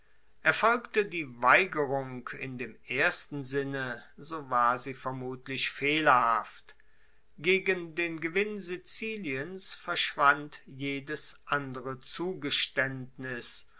erfolgte die weigerung in dem ersten sinne so war sie vermutlich fehlerhaft gegen den gewinn siziliens verschwand jedes andere zugestaendnis